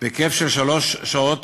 בהיקף של שלוש שעות